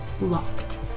locked